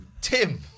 Tim